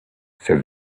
said